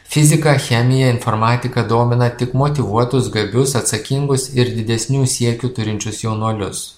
fizika chemija informatika domina tik motyvuotus gabius atsakingus ir didesnių siekių turinčius jaunuolius